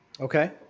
Okay